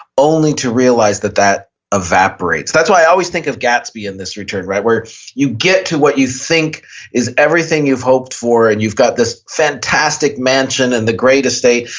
only to realize that that evaporates. that's why i always think of gatsby in this return, right? where you get to what you think is everything you've hoped for. and you've got this fantastic mansion and the greatest day.